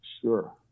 Sure